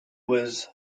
was